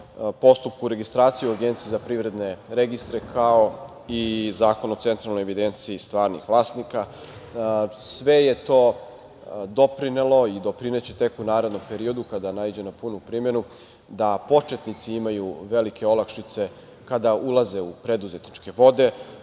postupku registracije u Agenciji za privredne registre, kao i Zakon o centralnoj evidenciji stvarnih vlasnika. Sve je to doprinelo i doprineće tek u narednom periodu, kada naiđe na punu primenu, da početnici imaju velike olakšice kada ulaze u preduzetničke vode.